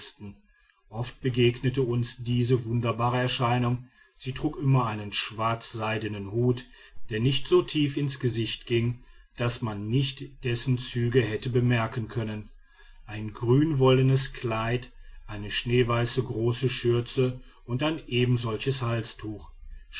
oft begegnete uns diese wunderbare erscheinung sie trug immer einen schwarzseidenen hut der nicht so tief in's gesicht ging daß man nicht dessen züge hätte bemerken können ein grünwollenes kleid eine schneeweiße große schürze und ein ebensolches halstuch